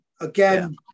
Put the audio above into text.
again